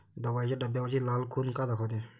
दवाईच्या डब्यावरची लाल खून का दाखवते?